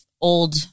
old